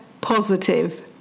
positive